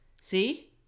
See